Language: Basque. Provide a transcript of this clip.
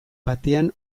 batean